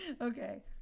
Okay